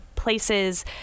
places